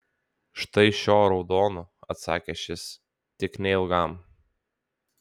štai šiuo raudonu atsakė šis tik neilgam